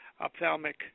ophthalmic